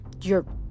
You're-